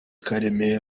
karemire